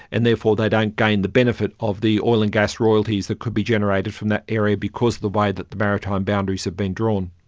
and therefore they don't gain the benefit of the oil and gas royalties that could be generated from that area because of the way that the maritime boundaries have been drawn.